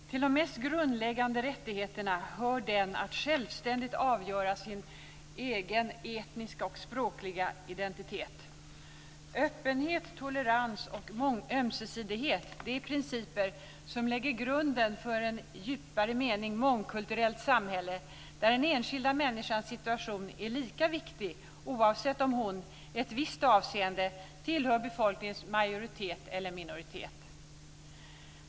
Fru talman! Till de mest grundläggande rättigheterna hör den att självständigt avgöra sin egen etniska och språkliga identitet. Öppenhet, tolerans och ömsesidighet är principer som lägger grunden för ett i djupare mening mångkulturellt samhälle, där den enskilda människans situation är lika viktig oavsett om hon i ett visst avseende tillhör befolkningens majoritet eller minoritet.